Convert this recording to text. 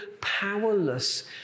powerless